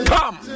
Come